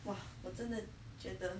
!wah! 我真的觉得